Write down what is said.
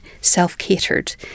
self-catered